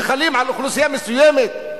שחלים על אוכלוסייה מסוימת,